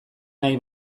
nahi